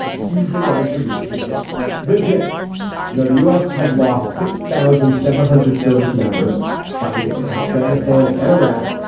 he's the one who produced the gist the gist you know the u s. has lost six thousand seven hundred service members fighting in afghanistan and iraq.